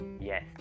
yes